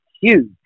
huge